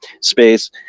space